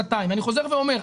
אני חוזר ואומר,